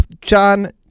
John